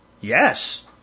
Yes